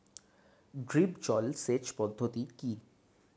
Drip জল সেচ পদ্ধতি কি?